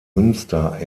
münster